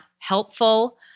helpful